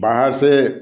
बाहर से